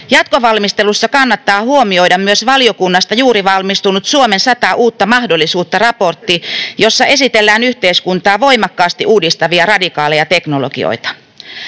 Jatkovalmistelussa kannattaa huomioida myös valiokunnasta juuri valmistunut ”Suomen sata uutta mahdollisuutta” ‑raportti, jossa esitellään yhteiskuntaa voimakkaasti uudistavia radikaaleja teknologioita.